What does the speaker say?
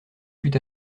fut